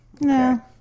No